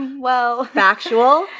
well. factual,